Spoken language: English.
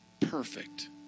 perfect